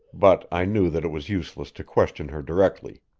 but i knew that it was useless to question her directly.